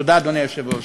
תודה, אדוני היושב-ראש.